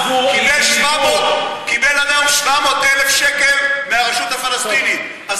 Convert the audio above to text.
הצעת חוק זו, קיבל 700,000 שקל מהרשות הפלסטינית.